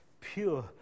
pure